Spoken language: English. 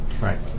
right